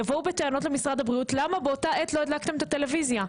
יבואו בטענות למשרד הבריאות 'למה באותה עת לא הדלקתם את הטלוויזיה?'